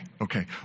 okay